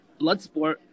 Bloodsport